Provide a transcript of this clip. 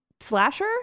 slasher